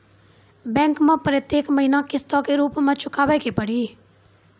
Bank मैं प्रेतियेक महीना किस्तो के रूप मे चुकाबै के पड़ी?